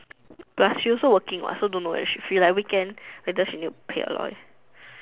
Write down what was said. plus she also working what so don't know whether she free like weekend whether she need to 陪 Aloy